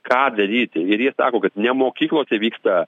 ką daryt ir jie sako kad ne mokyklose vyksta